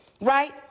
right